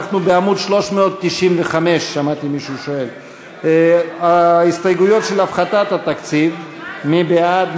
אנחנו בעמוד 395. ההסתייגויות של הפחתת התקציב מי בעד?